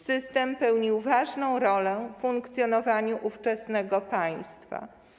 System pełnił ważna rolę w funkcjonowaniu ówczesnego państwa.